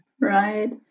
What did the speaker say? right